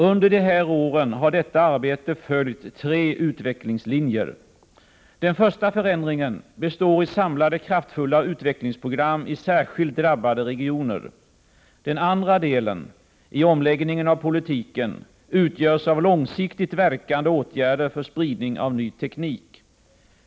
Under de här åren har detta arbete följt tre utvecklingslinjer. Den första förändringen består i samlade kraftfulla utvecklingsprogram i särskilt drabbade regioner. Den andra delen i omläggningen av politiken utgörs av långsiktigt verkande åtgärder för spridning av ny teknik.